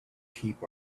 keep